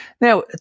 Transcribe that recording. Now